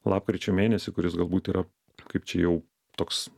lapkričio mėnesį kuris galbūt yra kaip čia jau toks